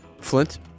Flint